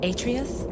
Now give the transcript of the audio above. Atreus